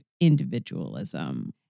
individualism